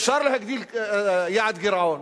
אפשר להגדיל יעד גירעון.